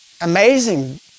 Amazing